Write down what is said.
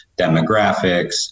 demographics